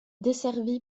desservi